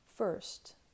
First